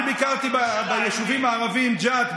אני ביקרתי ביישובים הערביים ג'ת,